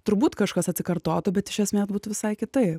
turbūt kažkas atsikartotų bet iš esmės būtų visai kitaip